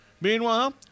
Meanwhile